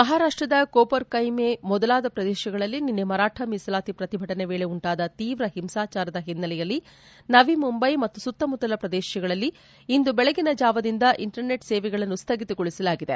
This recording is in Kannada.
ಮಹಾರಾಷ್ಷದ ಕೋಪರ್ಕೈಮೆ ಮೊದಲಾದ ಪ್ರದೇಶಗಳಲ್ಲಿ ನಿನ್ನೆ ಮರಾಠ ಮೀಸಲಾತಿ ಪ್ರತಿಭಟನೆಯ ವೇಳೆ ಉಂಟಾದ ತೀವ್ರ ಹಿಂಸಾಚಾರದ ಹಿನ್ನೆಲೆಯಲ್ಲಿ ನವಿಮುಂಬ್ಲೆ ಮತ್ತು ಸುತ್ತಮುತ್ತಲ ಪ್ರದೇಶಗಳಲ್ಲಿ ಇಂದು ಬೆಳಗಿನ ಜಾವದಿಂದ ಇಂಟರ್ನೆಟ್ ಸೇವೆಗಳನ್ನು ಸ್ಥಗಿತಗೊಳಿಸಲಾಗಿದೆ